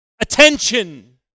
Attention